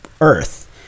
Earth